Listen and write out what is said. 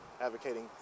advocating